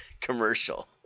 commercial